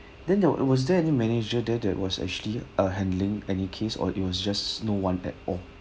then there wa~ was there any manager there that was actually uh handling any case or it was just no one at all